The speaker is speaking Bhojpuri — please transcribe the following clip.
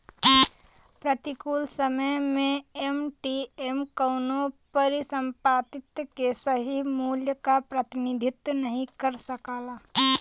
प्रतिकूल समय में एम.टी.एम कउनो परिसंपत्ति के सही मूल्य क प्रतिनिधित्व नाहीं कर सकला